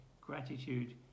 gratitude